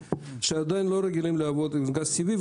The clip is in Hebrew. שעדיין לא רגילים לעבוד עם גז טבעי,